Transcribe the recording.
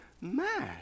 mad